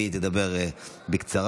והיא תדבר בקצרה.